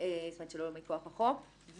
מהחוק הזה משמע אולי שאסור לו לשקול את זה.